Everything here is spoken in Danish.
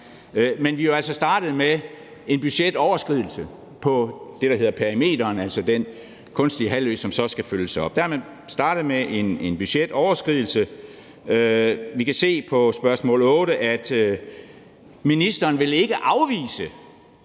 Men vi er jo altså startet med en budgetoverskridelse på det, der hedder perimeteren, altså den kunstige halvø, som så skal fyldes op. Der er man startet med en budgetoverskridelse. Vi kan se på svaret på spørgsmål 8, at ministeren ikke vil